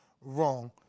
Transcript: wrong